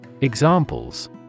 Examples